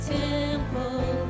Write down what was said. temple